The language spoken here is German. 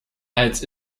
als